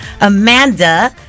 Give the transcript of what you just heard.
Amanda